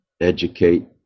educate